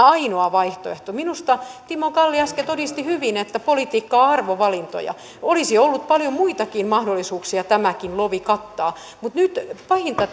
ainoa vaihtoehto minusta timo kalli äsken todisti hyvin että politiikka on arvovalintoja olisi ollut paljon muitakin mahdollisuuksia tämäkin lovi kattaa mutta pahinta